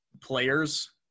players